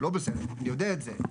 זה לא בסדר אני יודע את זה.